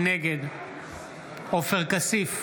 נגד עופר כסיף,